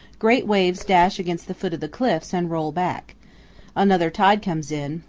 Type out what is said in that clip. great waves dash against the foot of the cliffs and roll back another tide comes in,